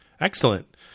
Excellent